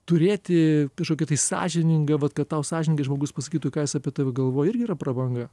turėti kažkokį tai sąžiningai vat kad tau sąžiningai žmogus pasakytų ką jis apie tave galvoja irgi yra prabanga